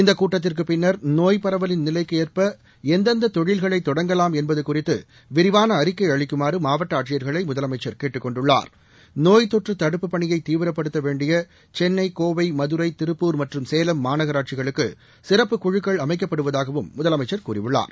இந்த கூட்டத்திற்குப் பின்னர் நோய் பரவலின் நிலைக்கு ஏற்ப எந்தெந்த தொழில்களை தொடங்கலாம் என்பது குறித்து விரிவான அறிக்கை அளிக்குமாறு மாவட்ட ஆட்சியா்களை முதலமைச்சா் கேட்டுக் கொண்டுள்ளார் நோய் தொற்று தடுப்புப் பணியை தீவிரப்படுத்த வேண்டிய சென்னை கோவை மதுரை திருப்பூர் மற்றும் சேலம் மாநகராட்சிகளுக்கு சிறப்புப் குழுக்கள் அமைக்கப்படுவதாகவும் முதலமைச்சள் கூறியுள்ளார்